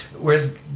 Whereas